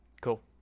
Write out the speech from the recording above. Cool